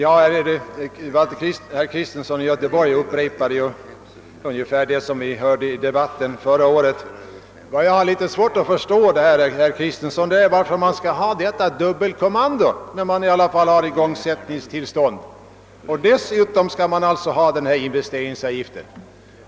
Herr Kristenson upprepade ungefär det som vi hörde i debatten förra året. Vad jag har svårt att förstå är varför man skall ha detta dubbelkommando. Förutom igångsättningstillståndet har man investeringsavgiften.